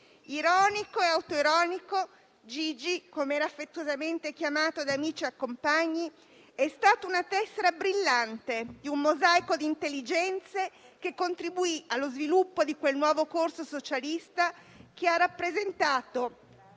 Ironico e autoironico, Gigi, come era affettuosamente chiamato da amici e compagni, è stato una tessera brillante di un mosaico di intelligenze che contribuì allo sviluppo di quel nuovo corso socialista che ha rappresentato,